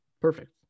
Perfect